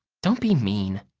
don't be mean,